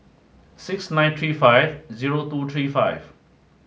six nine three five zero two three five